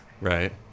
Right